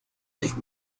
sich